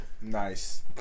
nice